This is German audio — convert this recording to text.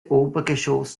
obergeschoss